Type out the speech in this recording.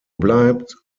bleibt